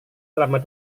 selama